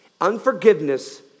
Unforgiveness